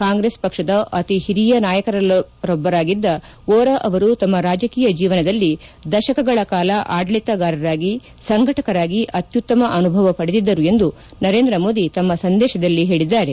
ಕಾಂಗ್ರೆಸ್ ಪಕ್ಷದ ಅತಿ ಹಿರಿಯ ನಾಯಕರಲ್ಲೊಬ್ಬರಾಗಿದ್ದ ವೋರಾ ಅವರು ತಮ್ಮ ರಾಜಕೀಯ ಜೀವನದಲ್ಲಿ ದಶಕಗಳ ಕಾಲ ಆಡಳಿತಗಾರರಾಗಿ ಸಂಘಟಕರಾಗಿ ಅತ್ಯುತ್ತಮ ಅನುಭವ ಪಡೆದಿದ್ದರು ಎಂದು ನರೇಂದ್ರ ಮೋದಿ ತಮ್ಮ ಸಂದೇಶದಲ್ಲಿ ಹೇಳಿದ್ದಾರೆ